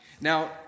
Now